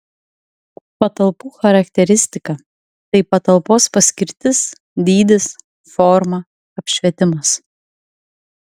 patalpų charakteristika tai patalpos paskirtis dydis forma apšvietimas